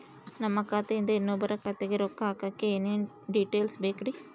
ನಮ್ಮ ಖಾತೆಯಿಂದ ಇನ್ನೊಬ್ಬರ ಖಾತೆಗೆ ರೊಕ್ಕ ಹಾಕಕ್ಕೆ ಏನೇನು ಡೇಟೇಲ್ಸ್ ಬೇಕರಿ?